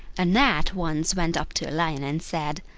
a gnat once went up to a lion and said,